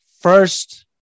first